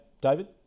David